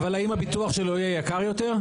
אבל האם הביטוח שלו יהיה יקר יותר?